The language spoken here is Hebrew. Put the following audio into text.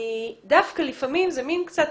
דווקא לפעמים זה מעין קצת,